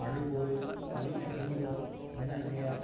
ᱦᱟᱺᱰᱤ ᱯᱟᱹᱣᱨᱟᱹ ᱠᱤᱨᱤᱧ ᱟᱹᱠᱷᱨᱤᱧ ᱫᱚ ᱢᱮᱱᱟᱜ ᱜᱤᱭᱟ